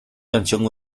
canción